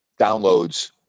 downloads